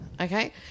Okay